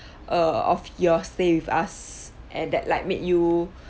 err of your stay with us and that like made you